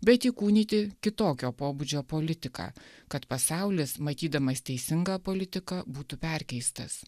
bet įkūnyti kitokio pobūdžio politiką kad pasaulis matydamas teisingą politiką būtų perkeistas